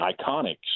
iconic